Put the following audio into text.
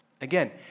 Again